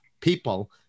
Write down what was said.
people